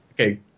okay